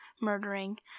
murdering